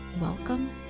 Welcome